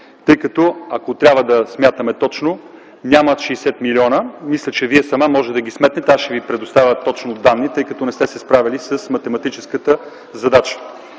тъй като, ако трябва да смятаме точно – няма 60 милиона. Мисля, че Вие сама можете да ги сметнете. Аз ще Ви предоставя точно данни, тай като не сте се справили с математическата задача.